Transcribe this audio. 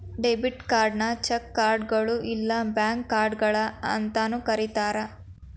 debit ಕಾರ್ಡ್ನ cheque ಕಾರ್ಡ್ಗಳು ಇಲ್ಲಾ ಬ್ಯಾಂಕ್ ಕಾರ್ಡ್ಗಳ ಅಂತಾನೂ ಕರಿತಾರ